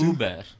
Uber